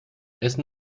essen